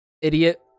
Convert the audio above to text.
idiot